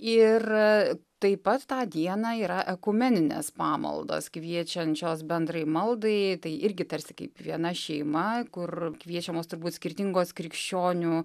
ir a taip pat tą dieną yra ekumeninės pamaldos kviečiančios bendrai maldai tai irgi tarsi kaip viena šeima kur kviečiamos turbūt skirtingos krikščionių